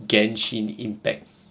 gan chin impact